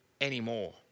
anymore